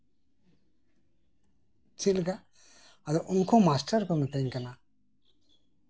ᱟᱫᱚ ᱩᱱᱠᱩ ᱢᱟᱥᱴᱟᱨ ᱠᱚ ᱢᱤᱛᱟᱹᱧ ᱠᱟᱱᱟ